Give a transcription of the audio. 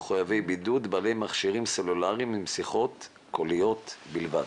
למחויבי בידוד בעלי מכשירים סלולאריים עם שיחות קוליות בלבד.